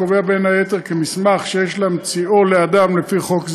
קובע בין היתר כי מסמך שיש להמציאו לאדם לפי חוק זה,